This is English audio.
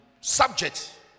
subject